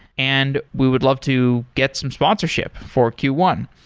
and we would love to get some sponsorship for q one.